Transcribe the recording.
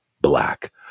black